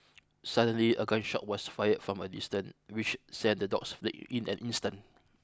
suddenly a gun shot was fired from a distance which sent the dogs fleeing in an instant